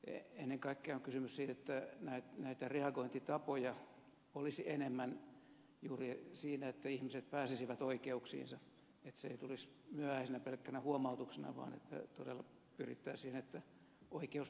ennen kaikkea on kysymys siitä että reagointitapoja olisi enemmän juuri siinä että ihmiset pääsisivät oikeuksiinsa että se ei tulisi pelkkänä myöhäisenä huomautuksena vaan että todella pyrittäisiin siihen että oikeus toteutuisi